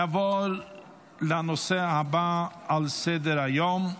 נעבור לנושא הבא על סדר-היום.